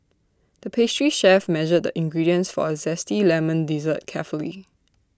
the pastry chef measured the ingredients for A Zesty Lemon Dessert carefully